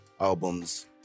albums